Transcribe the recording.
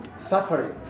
suffering